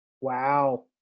Wow